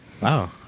Wow